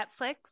Netflix